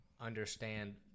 understand